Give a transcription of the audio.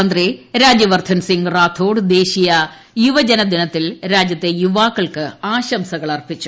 മന്ത്രി രാജ്യ വർധൻസിംഗ് റാഥോഡ് ദേശീയ യുവജനദിനത്തിൽ രാജ്യത്തെ യുവാക്കൾക്ക് ആശംസകൾ അർപ്പിച്ചു